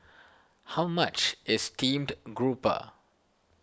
how much is Steamed Grouper